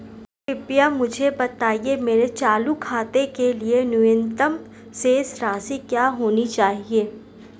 कृपया मुझे बताएं मेरे चालू खाते के लिए न्यूनतम शेष राशि क्या होनी चाहिए?